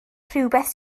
rhywbeth